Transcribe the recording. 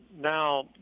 now